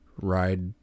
ride